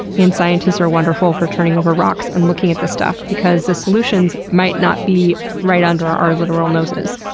and scientists are wonderful for turning over rocks and looking at this stuff because the solutions might not be right under our literal noses.